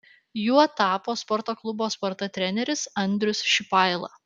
juo tapo sporto klubo sparta treneris andrius šipaila